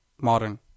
modern